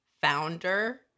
founder